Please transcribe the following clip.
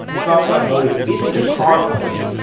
cox automotive isn't a car company.